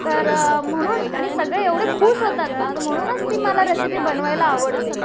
तर म्हणून आणि सगळे एवढे खूश होतात ना म्हणूनच ती मला रेसिपी बनवायला आवडते